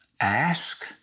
ask